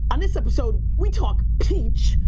on this episode, we talk peach,